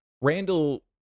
Randall